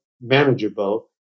manageable